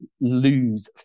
lose